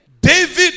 David